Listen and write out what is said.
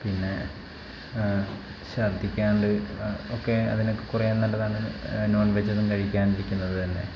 പിന്നേ ശർദ്ദിക്കാതെ ഒക്കെ അതിനൊക്കെ കുറേ നല്ലതാണ് നോൺ വെജൊന്നും കഴിക്കാതെ ഇരിക്കുന്നത് തന്നെ